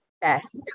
best